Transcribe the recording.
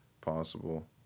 Possible